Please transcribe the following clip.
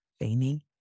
feigning